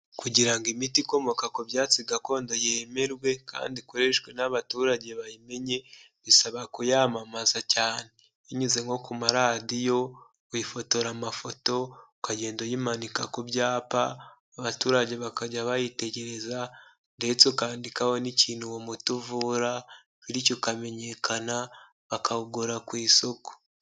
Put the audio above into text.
Kugira ngo imiti ikomoka ku byatsi gakondo yemerwe kandi ikoreshwe n'abaturage bayimenye, bisaba kuyamamaza cyane binyuze nko ku maradiyo, kuyifotora amafoto ukagenda uyimanika ku byapa, abaturage bakajya bayitegereza ndetse ukandikaho n'ikintu uwo muti uvura, bityo ukamenyekana akawugura ku isoko.